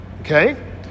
okay